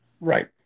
Right